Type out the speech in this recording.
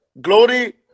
Glory